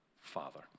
Father